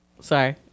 Sorry